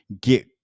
get